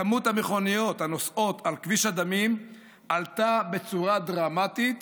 כמות המכוניות הנוסעות על כביש הדמים עלתה בצורה דרמטית,